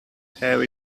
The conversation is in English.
have